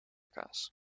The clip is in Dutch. kaas